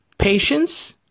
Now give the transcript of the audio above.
Patience